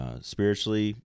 spiritually